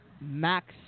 Max